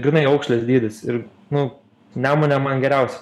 grynai aukšlės dydis ir nu nemune man geriausia